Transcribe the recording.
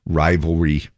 rivalry